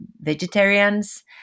vegetarians